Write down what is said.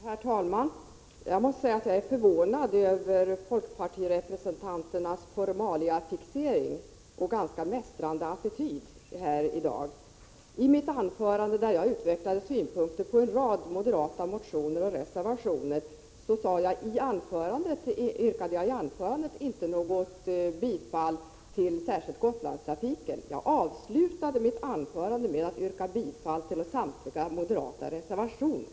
Herr talman! Jag måste säga att jag är förvånad över folkpartirepresentanternas formaliafixering och ganska mästrande attityd här i dag. I mitt anförande, där jag utvecklade synpunkter på en rad moderata motioner och reservationer, hemställde jag inte om bifall till något särskilt yrkande om Gotlandstrafiken. Jag avslutade mitt anförande med att yrka bifall till samtliga moderata reservationer.